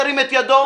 ירים את ידו.